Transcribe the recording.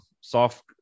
soft